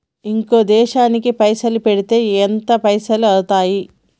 ఇంకో దేశానికి పైసల్ పంపితే ఎంత పైసలు అయితయి?